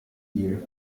ihm